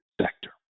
sector